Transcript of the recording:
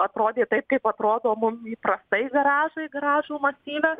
atrodė taip kaip atrodo mum įprastai garažai garažų masyve